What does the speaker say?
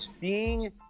seeing